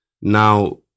Now